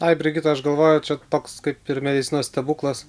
ai brigita aš galvoju čia toks kaip ir medicinos stebuklas